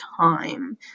time